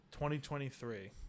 2023